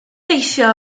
deithio